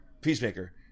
Peacemaker